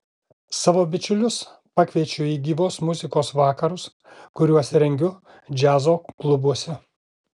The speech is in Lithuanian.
savo bičiulius pakviečiu į gyvos muzikos vakarus kuriuos rengiu džiazo klubuose